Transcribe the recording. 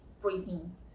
breathing